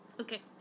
Okay